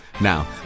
Now